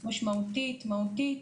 משמעותית מהותית,